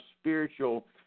spiritual